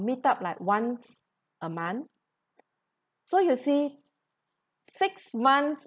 meet up like once a month so you see six months